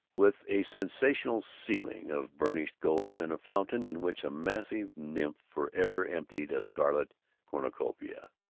with a sensational ceiling of burnished gold, and a fountain in which a massive nymph forever emptied a scarlet cornucopia.